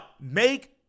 make